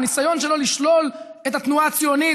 הניסיון שלו לשלול את התנועה הציונית,